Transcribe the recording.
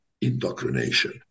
indoctrination